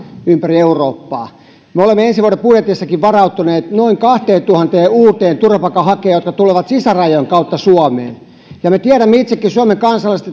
ympäri eurooppaa me olemme ensi vuoden budjetissakin varautuneet noin kahteentuhanteen uuteen turvapaikanhakijaan jotka tulevat sisärajojen kautta suomeen ja me tiedämme itsekin suomen kansalaiset